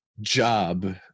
job